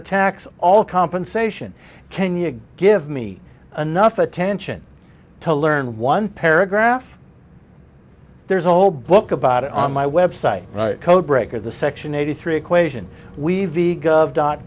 tax all compensation can you give me enough attention to learn one paragraph there's a whole book about it on my website codebreaker the section eighty three equation we've